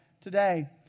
today